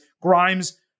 Grimes